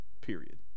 period